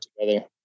together